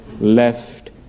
left